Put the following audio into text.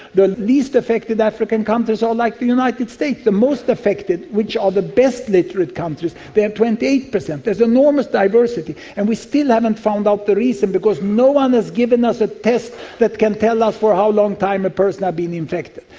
the least affected african countries are like the united states. the most affected, which are the best literate countries, they have twenty eight percent. this enormous diversity, and we still haven't found out the reason, because no one has given us a test that can tell us for how long a ah person has been infected.